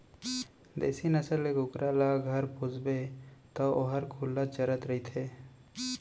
देसी नसल के कुकरा ल घर पोसबे तौ वोहर खुल्ला चरत रइथे